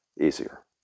easier